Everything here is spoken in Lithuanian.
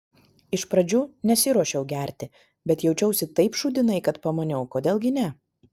iš pradžių nesiruošiau gerti bet jaučiausi taip šūdinai kad pamaniau kodėl gi ne